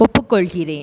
ஒப்புக்கொள்கிறேன்